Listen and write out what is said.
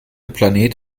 planet